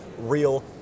real